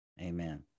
Amen